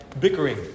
bickering